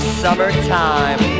summertime